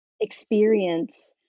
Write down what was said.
experience